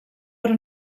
però